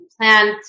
plant